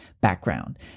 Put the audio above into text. background